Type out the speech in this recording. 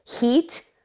heat